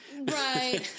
Right